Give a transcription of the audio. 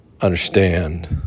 understand